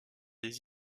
des